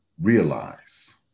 realize